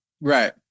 Right